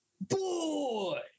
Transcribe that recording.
boy